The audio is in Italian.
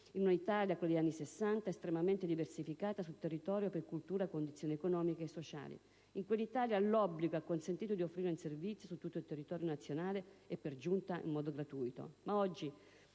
in un'Italia, quella degli anni Sessanta, estremamente diversificata sul territorio per cultura, condizioni economiche e sociali. In quell'Italia, l'obbligo ha consentito di offrire un servizio su tutto il territorio nazionale, e per giunta in modo gratuito.